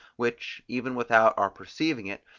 which, even without our perceiving it,